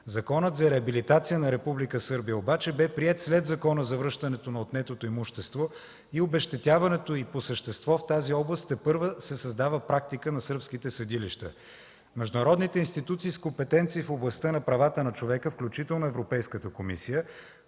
Законът за реабилитация на Република Сърбия обаче бе приет след Закона за връщането на отнетото имущество и обезщетяването и по същество в тази област тепърва се създава практика на сръбските съдилища. Международните институции с компетенции в областта на правата на човека, включително Европейската комисия,